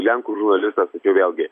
lenkų žurnalistas tačiau vėlgi